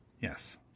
Yes